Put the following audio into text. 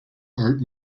art